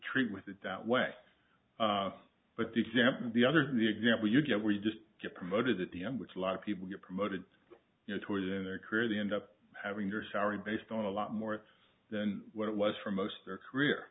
treat with it that way but the example the other is the example you get where you just get promoted at the end which a lot of people get promoted you know towards in their career they end up having your salary based on a lot more than what it was for most of their career